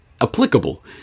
applicable